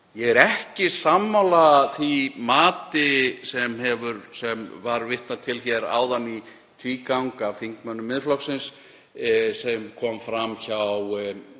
Ég er ekki sammála því mati sem vitnað var til hér áðan í tvígang af þingmönnum Miðflokksins, sem kom fram hjá